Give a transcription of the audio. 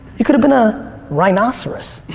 you could have been a rhinoceros.